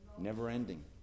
Never-ending